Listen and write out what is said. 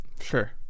sure